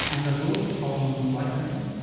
and are those problems life-threatening?